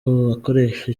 abakoresha